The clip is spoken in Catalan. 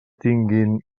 tinguin